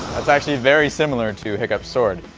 that's actually very similar to hiccups sword.